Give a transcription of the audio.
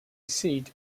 seat